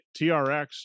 TRX